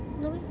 no meh